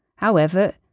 however,